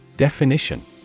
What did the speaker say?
Definition